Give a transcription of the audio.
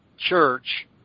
church